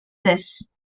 this